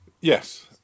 Yes